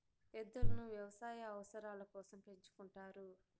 ఎద్దులను వ్యవసాయ అవసరాల కోసం పెంచుకుంటారు